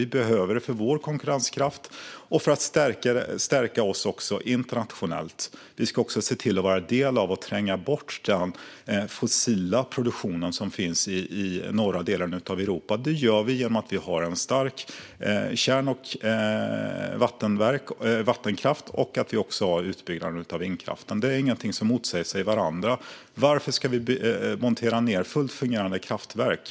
Vi behöver den för vår konkurrenskraft och för att stärka oss internationellt. Vi ska också se till att vara en del av och tränga bort den fossila produktion som finns i de norra delarna av Europa. Detta gör vi genom att ha stark kärnkraft och vattenkraft och genom att bygga ut vindkraften. Det är inget som motsäger varandra. Varför ska vi montera ned fullt fungerande kraftverk?